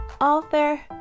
author